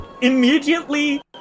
immediately